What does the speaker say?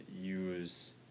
use